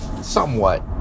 somewhat